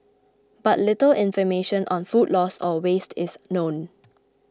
but little information on food loss or waste is known